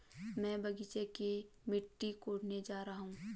मैं बगीचे की मिट्टी कोडने जा रहा हूं